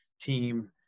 team